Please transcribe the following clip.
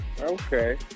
Okay